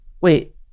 Wait